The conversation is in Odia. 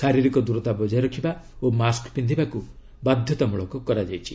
ଶାରୀରିକ ଦୂରତା ବଜାୟ ରଖିବା ଓ ମାସ୍କ ପିନ୍ଧିବାକୁ ବାଧ୍ୟତାମ୍ବଳକ କରାଯାଇଛି